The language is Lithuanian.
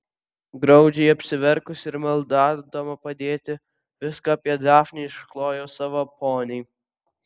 graudžiai apsiverkusi ir maldaudama padėti viską apie dafnę išklojo savo poniai